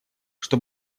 что